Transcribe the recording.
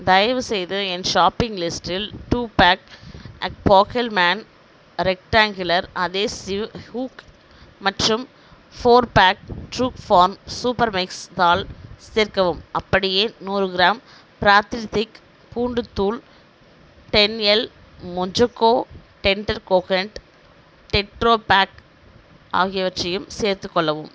தயவுசெய்து என் ஷாப்பிங் லிஸ்டில் two pack Fackelmann rectangular adhesive hook மற்றும் four pack true farm super mix dal சேர்க்கவும் அப்படியே நூறு கிராம் பிராக்ரிதிக் பூண்டுத் தூள் ten L Mojoco tender coconut tetra pack ஆகியவற்றையும் சேர்த்துக்கொள்ளவும்